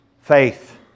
faith